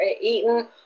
eaten